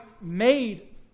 made